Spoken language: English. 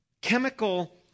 chemical